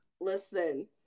Listen